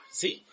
see